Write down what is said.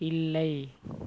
இல்லை